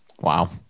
Wow